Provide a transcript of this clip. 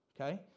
okay